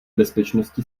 bezpečnosti